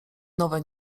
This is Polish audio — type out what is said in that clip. nowe